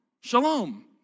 shalom